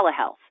telehealth